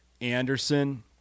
Anderson